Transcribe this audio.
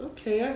Okay